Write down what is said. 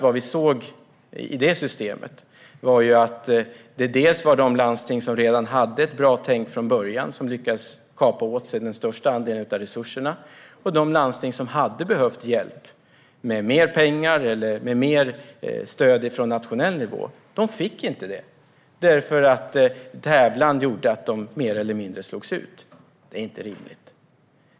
Vad vi såg i det systemet var dels att det var de landsting som redan hade ett bra tänk från början som lyckades kapa åt sig den största andelen av resurserna, dels att de landsting som hade behövt hjälp med mer pengar eller mer stöd från nationell nivå inte fick det, för tävlan gjorde att de mer eller mindre slogs ut. Det är inte rimligt.